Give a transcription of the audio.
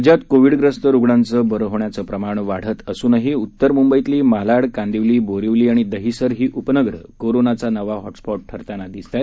राज्यात कोविडग्रस्त रुग्णांचं बरं होण्याचं प्रमाण वाढत असूनही उत्तर मुंबईतली मालाड कांदिवली बोरिवली आणि दहिसर ही उपनगरं कोरोनाचा नवा हॉटस्पॉट ठरताना दिसत आहेत